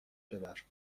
ببر